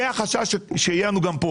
זה החשש שיהיה איתנו גם כאן.